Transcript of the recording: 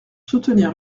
soutenir